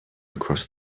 across